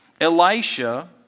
Elisha